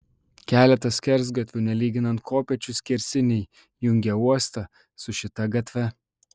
keletas skersgatvių nelyginant kopėčių skersiniai jungė uostą su šita gatve